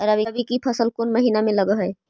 रबी की फसल कोन महिना में लग है?